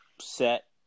set